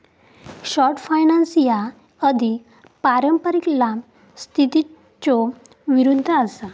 short finance ह्या अधिक पारंपारिक लांब स्थितीच्यो विरुद्ध असा